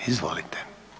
Izvolite.